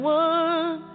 one